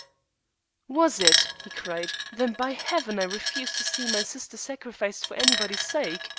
was it? he cried. then, by heaven, i refuse to see my sister sacrificed for anybody's sake.